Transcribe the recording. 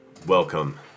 Welcome